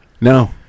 No